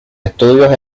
estudios